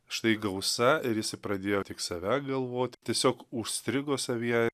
štai gausa ir jisai pradėjo tik save galvoti tiesiog užstrigo savyje